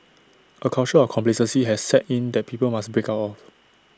A culture of complacency has set in that people must break out of